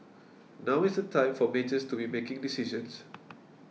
now is the time for majors to be making decisions